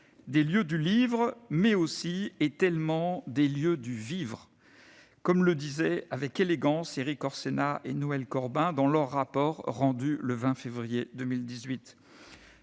des lieux du livre », mais aussi, et tellement, « des lieux du vivre », comme le disaient avec élégance Erik Orsenna et Noël Corbin dans leur rapport rendu le 20 février 2018.